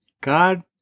God